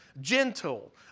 gentle